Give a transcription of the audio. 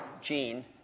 gene